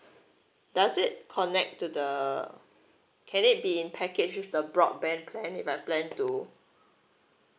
does it connect to the can it be in package with the broadband plan if I plan to